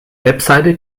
webseite